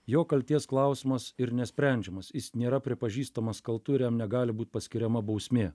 jo kaltės klausimas ir nesprendžiamas jis nėra pripažįstamas kaltu ir jam negali būt paskiriama bausmė